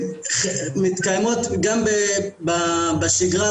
מתקיימות גם בשגרה,